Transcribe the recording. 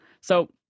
So-